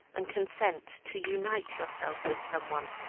and consent to unite yourself with some one?